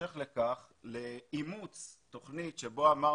בהמשך לתהליך של המעבר